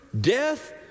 death